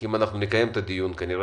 כי אם נקיים את הדיון כנראה